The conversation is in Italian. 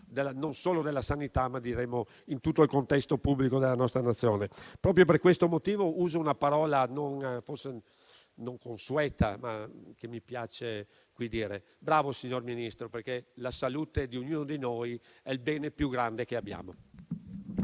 non solo della sanità, ma in tutto il contesto pubblico della nostra Nazione. Proprio per questo motivo uso una parola forse non consueta, ma che mi piace in questa sede: bravo, signor Ministro, perché la salute di ognuno di noi è il bene più grande che abbiamo.